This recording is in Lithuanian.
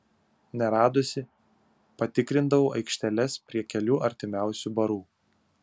neradusi patikrindavau aikšteles prie kelių artimiausių barų